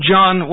John